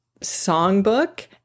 songbook